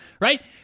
right